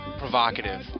provocative